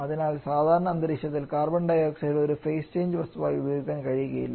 അതിനാൽ സാധാരണ അന്തരീക്ഷത്തിൽ കാർബൺ ഡൈ ഓക്സൈഡ് ഒരു ഫേസ് ചേഞ്ച് വസ്തുവായി ഉപയോഗിക്കാൻ കഴിയില്ല